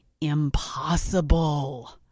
impossible